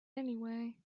anyway